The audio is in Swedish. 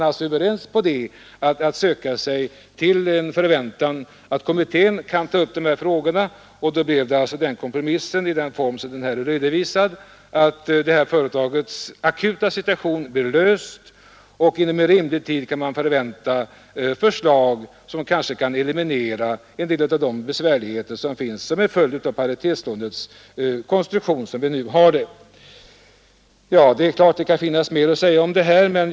Vi enades alltså i en förväntan att kommittén kunde ta upp de här frågorna, och kompromissen fick så den form som här är redovisad. Företagets akuta problem blir på det sättet avhjälpt, och inom rimlig tid kan man vänta förslag som kanske kan eliminera en del av de besvärligheter som är en följd av paritetslånets Jag har ingen invändning mot den sakliga beskrivning av situationen som finns i den reservation herr Claeson har utformat.